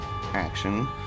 action